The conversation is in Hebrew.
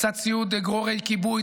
קצת ציוד גרורי כיבוי,